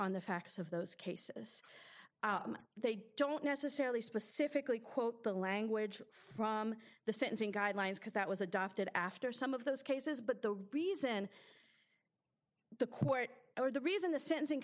on the facts of those cases they don't necessarily specifically quote the language from the sentencing guidelines because that was adopted after some of those cases but the reason the court or the reason the sentencing